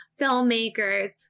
filmmakers